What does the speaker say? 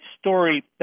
story